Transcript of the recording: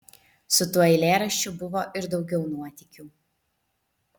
su tuo eilėraščiu buvo ir daugiau nuotykių